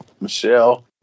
Michelle